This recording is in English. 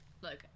look